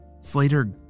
Slater